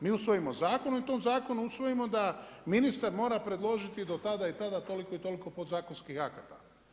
Mi usvojimo zakon i u tom zakonu usvojimo da ministar mora predložiti do tada i tada toliko i toliko podzakonskih akata.